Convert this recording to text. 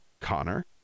Connor